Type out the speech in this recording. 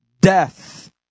death